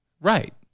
Right